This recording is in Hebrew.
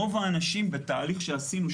רוב האנשים בתהליך שעשינו,